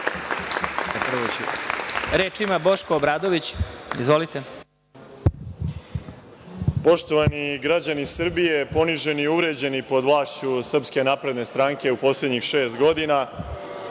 **Boško Obradović** Poštovani građani Srbije, poniženi i uvređeni pod vlašću Srpske napredne stranke u poslednjih šest godina,